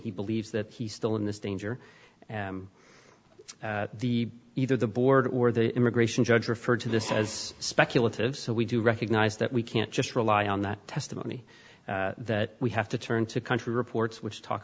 he believes that he's still in this danger and the either the board or the immigration judge referred to this as speculative so we do recognize that we can't just rely on that testimony that we have to turn to country reports which talk